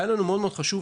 היה לנו מאוד חשוב,